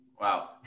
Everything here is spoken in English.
Wow